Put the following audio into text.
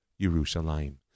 Jerusalem